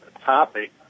topic